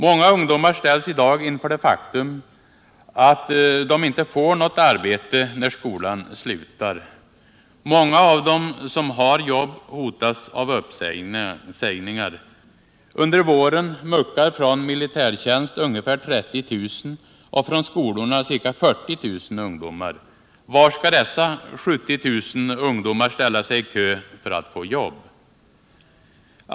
Många ungdomar ställs i dag inför det faktum att de inte får något arbete när skolan slutar. Många av dem som har jobb hotas av uppsägningar. Under våren muckar från militärtjänst ungefär 30 000 och från skolorna ca 40 000 ungdomar. Var skall dessa 70 000 ungdomar ställa sig i kö för att få jobb?